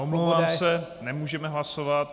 Omlouvám se, nemůžeme hlasovat.